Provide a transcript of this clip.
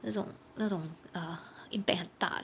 那种那种 uh impact 很大